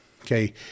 Okay